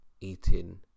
eating